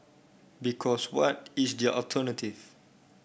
because what is their alternative